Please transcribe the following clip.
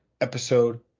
episode